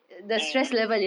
mm